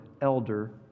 elder